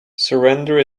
surrender